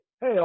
Hey